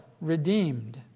redeemed